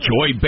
Joy